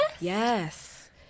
Yes